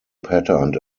patterned